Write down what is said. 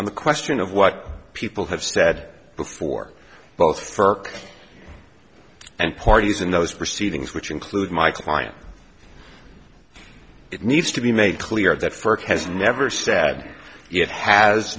the question of what people have said before both her and parties in those proceedings which include my client it needs to be made clear that first has never said it has